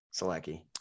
Selecki